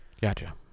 Gotcha